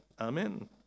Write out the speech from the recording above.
amen